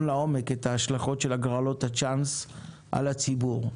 לעומק את ההשלכות של הגרלות צ'אנס על הציבור,